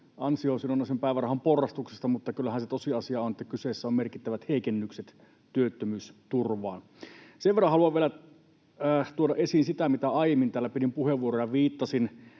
ansiosidonnaisen päivärahan porrastuksesta, mutta kyllähän se tosiasia on, että kyseessä on merkittävät heikennykset työttömyysturvaan. Sen verran haluan vielä tuoda esiin sitä, mitä aiemmin täällä... Pidin puheenvuoron ja viittasin